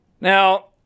Now